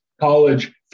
college